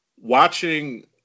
watching